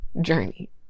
journey